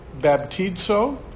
baptizo